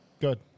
Good